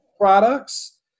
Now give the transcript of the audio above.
products